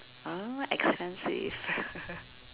uh expensive